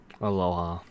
aloha